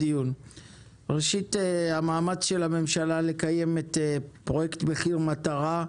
ראשית לגבי המאמץ של הממשלה לקיים את פרויקט מחיר מטרה,